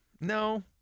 no